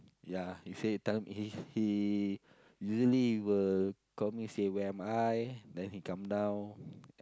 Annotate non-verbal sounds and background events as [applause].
ya he said time he he usally will call me say where am I then he come down [breath]